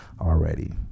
already